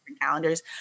calendars